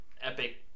epic